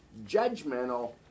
judgmental